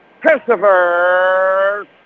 Christopher